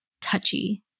touchy